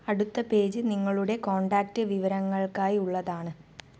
അടുത്ത പേജ് നിങ്ങളുടെ കോൺടാക്റ്റ് വിവരങ്ങൾക്കായി ഉള്ളതാണ്